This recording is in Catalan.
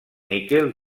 níquel